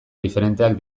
diferenteak